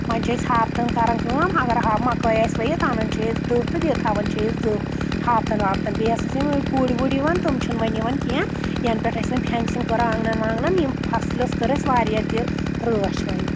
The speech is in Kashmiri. وۄنۍ چھِ أسۍ ہاپتن کران کٲم اگر ہا مکٲے آسہِ ؤوِیِتھ اَنان چھِ أسۍ دٔہ تہٕ بیٚیہِ تھاوان چھِ أسۍ دٔہ ہَپتَن واپتن بیٚیہِ ٲسۍ یِم گُرۍ وُرۍ یِوان تِم چھِنہٕ وۄنۍ یِوان کینٛہہ ینہٕ پؠٹھ أسہِ وۄنۍ فینسِنٛگ کٔر آنٛگن وانٛگن یِم فصلس کٔر اَسہِ واریاہ تہِ رٲچھ وۄنۍ